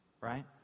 right